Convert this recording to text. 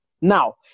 Now